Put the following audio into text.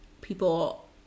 people